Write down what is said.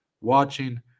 watching